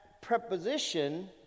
preposition